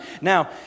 Now